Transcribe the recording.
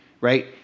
right